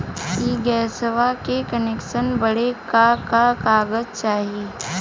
इ गइसवा के कनेक्सन बड़े का का कागज चाही?